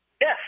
Yes